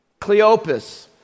Cleopas